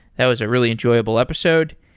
that was a really enjoyable episode.